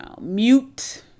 Mute